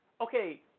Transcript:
Okay